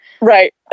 Right